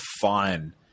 fine